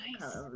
Nice